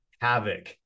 havoc